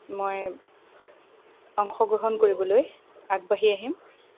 মই অংশগ্ৰহণ কৰিবলৈ আগবাঢ়ি আহিম